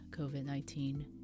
COVID-19